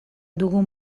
dugun